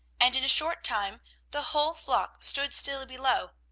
and in a short time the whole flock stood still below,